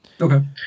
Okay